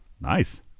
Nice